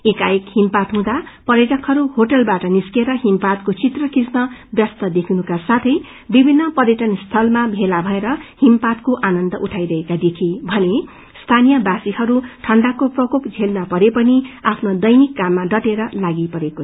एकाएक हिमपात हुँदा पर्यटकहरू होटलवाट निरिकएर हिमपातको चित्र खिच्न व्यस्त देखिनुका साथै विभिन्न पर्यअन स्थलमा भेला भएर हिमपातको आनन्द उठाए भने स्थानीयवासीहरूले ठण्डाको प्रकोप क्षेल्न परे पनि आफ्नो दैनिक काममा डटेर लागिरहे